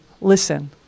listen